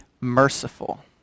merciful